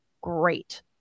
great